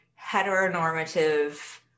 heteronormative